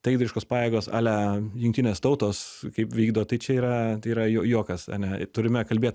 taikdariškos pajėgos alia jungtinės tautos kaip vykdo tai čia yra tai yra juo juokas ane turime kalbėt